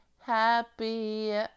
happy